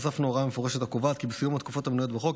הוספנו הוראה מפורשת הקובעת כי בסיום התקופות המנויות בחוק,